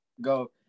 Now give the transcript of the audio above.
go